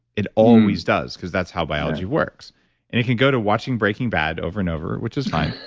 it always does because that's how biology works and it can go to watching breaking bad over and over, which is fine,